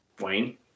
Wayne